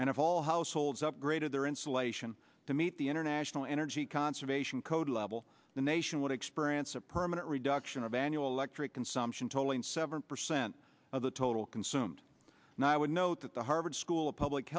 and of all households upgraded their insulation to meet the international energy conservation code level the nation would experience a permanent reduction of annual electric consumption totaling seven percent of the total consumed and i would note that the harvard school of public